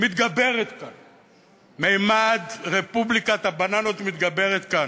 מתגברת כאן, ממד רפובליקת הבננות מתגבר כאן.